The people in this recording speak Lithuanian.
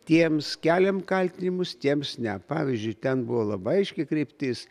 tiems keliam kaltinimus tiems ne pavyzdžiui ten buvo labai aiški kryptis